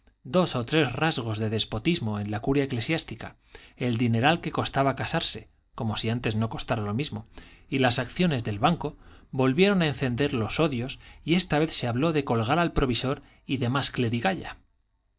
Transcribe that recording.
dos o tres rasgos de despotismo en la curia eclesiástica el dineral que costaba casarse como si antes no costara lo mismo y las acciones del banco volvieron a encender los odios y esta vez se habló de colgar al provisor y demás